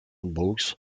brooks